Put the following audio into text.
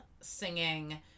singing